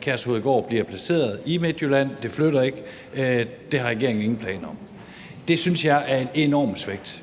på Kærshovedgård. Det flytter ikke. Det har regeringen ingen planer om. Det synes jeg er et enormt svigt